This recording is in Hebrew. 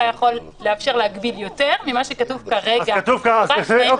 יכול לאפשר להגביל יותר ממה שכתוב כרגע --- תנאים